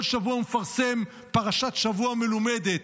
כל שבוע הוא מפרסם פרשת שבוע מלומדת.